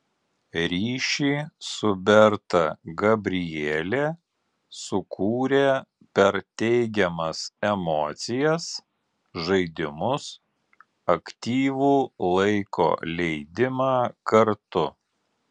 ryšį su berta gabrielė sukūrė per teigiamas emocijas žaidimus aktyvų laiko leidimą kartu